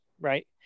right